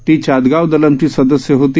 ती चातगाव दलमची सदस्य होती